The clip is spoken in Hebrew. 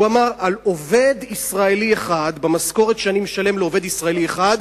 הוא אמר: במשכורת שאני משלם לעובד ישראלי אחד,